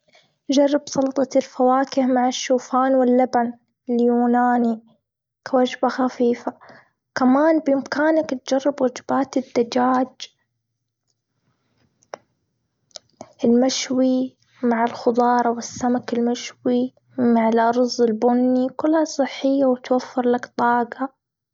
جرب سلطة الفواكه مع الشوفان واللبن اليوناني كوجبة خفيفة. كمان بإمكانك تجرب وجبات الدجاج المشوي مع الخضار، والسمك المشوي مع الأرز البني. كلها صحية وتوفر لك طاقة.